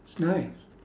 it's nice